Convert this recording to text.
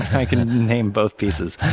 i can name both pieces.